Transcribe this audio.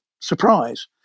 surprise